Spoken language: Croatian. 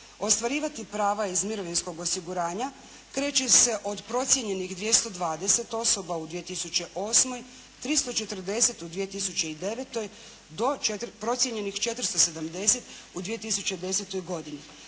ostvarivati prava iz mirovinskog osiguranja kreće se od procijenjenih 220 osoba u 2008., 340 u 2009. do procijenjenih 470 u 2010. godini.